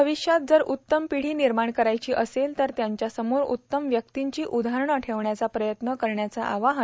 भविष्यात जर उत्तम पिढी निर्माण करायची असेल तर त्यांच्यासमोर उत्तम व्यक्तींची उदाहरणं ठेवण्याचा प्रयत्न करण्याचं आवाहन